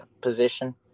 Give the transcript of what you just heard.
position